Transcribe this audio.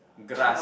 grass